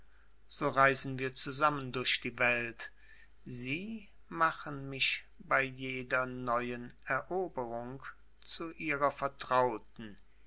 so reisen wir zusammen durch die welt sie machen mich bei jeder neuen eroberung zu ihrer vertrauten